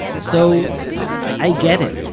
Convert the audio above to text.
so i get it.